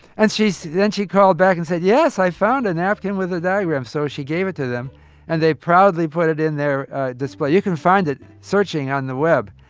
and she then she called back and said, yes, i found a napkin with a diagram. so she gave it to them and they proudly put it in their display. you can find it searching on the web.